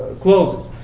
clauses.